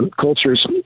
cultures